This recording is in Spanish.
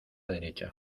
derecha